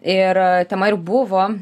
ir tema ir buvo